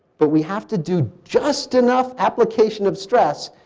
but we have to do just enough application of stress,